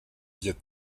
viêt